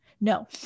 No